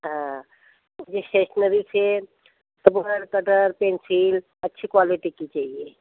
हाँ मुझे इस्टेशनरी से रबर कटर पेंसिल अच्छी क्वालिटी की चाहिए